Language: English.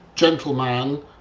Gentleman